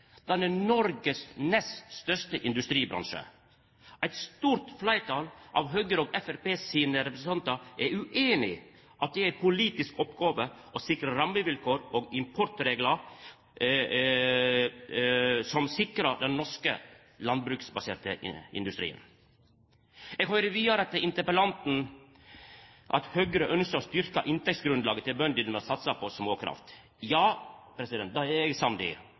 Den er Noregs nest største industribransje. Eit stort fleirtal av Høgre og Framstegspartiet sine representantar er usamde i at det er ei politisk oppgåve å sikra rammevilkår og importreglar som sikrar den norske landbruksbaserte industrien. Eg høyrer vidare av interpellanten at Høgre ønskjer å styrkja inntektsgrunnlaget til bøndene ved å satsa på småkraft. Ja, det er eg samd i.